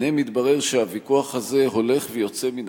הנה מתברר שהוויכוח הזה הולך ויוצא מן